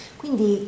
quindi